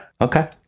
Okay